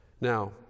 Now